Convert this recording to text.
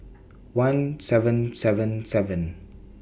one seven seven seven